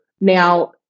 now